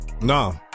No